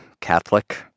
Catholic